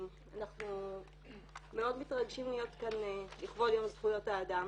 אנחנו מאוד מתרגשים להיות כאן לכבוד יום זכויות האדם